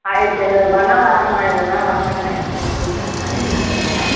ஆயிரத்தி ஐநூறுபான்னா வர்றேன்மா இல்லைன்னா வரமாட்டேன் இப்போவே சொல்லிட்டேன் ஆயிரத்தி ஐநூறுபா தான்